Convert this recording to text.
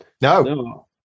no